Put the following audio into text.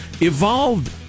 evolved